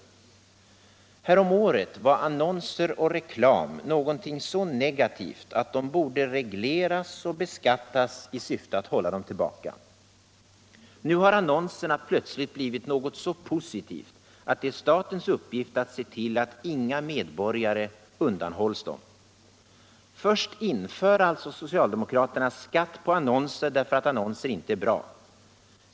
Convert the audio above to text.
Häromåret var annonser och reklam någonting så negativt att de borde regleras och beskattas i syfte att hålla dem tillbaka. Nu har annonserna plötsligt blivit något så positivt att det är statens uppgift att se till att inga medborgare undanhålles dem. Först inför alltså socialdemokraterna skatt på annonser därför att annonser inte är bra.